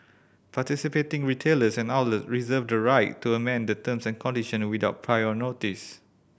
participating retailers and outlet reserve the right to amend the terms and condition without prior notice